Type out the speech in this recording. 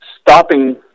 stopping